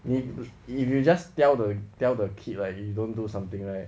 你 if you just tell the tell the kid right you don't do something right